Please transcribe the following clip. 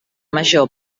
major